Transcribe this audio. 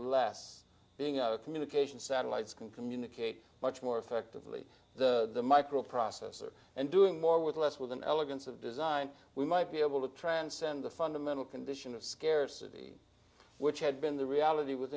less being our communication satellites can communicate much more effectively the microprocessor and doing more with less with an elegance of design we might be able to transcend the fundamental condition of scarcity which had been the reality w